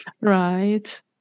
Right